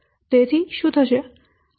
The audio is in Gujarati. અને તેથી શું થશે